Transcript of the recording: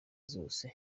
zose